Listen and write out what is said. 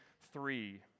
three